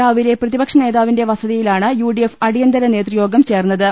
രാവിലെ പ്രതിപക്ഷനേതാവിന്റെ വസത്തിയിലാണ് യുഡിഎഫ് അടിയന്തര നേതൃയോഗം ചേർന്നത്